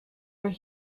where